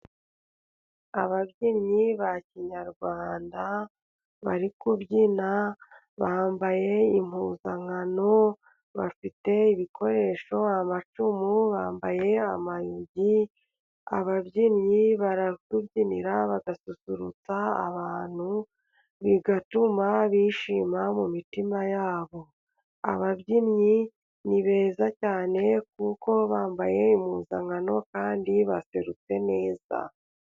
Ababyinnyi ba kinyarwanda bari kubyina bambaye impuzankano. Bafite ibikoresho, amacumu, bambaye amayugi. Ababyinnyi baratubyinira bagasusurutsa abantu, bigatuma bishima mu mitima yabo. Ababyinnyi ni beza cyane, kuko bambaye impuzankano kandi baserutse neza.